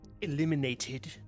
eliminated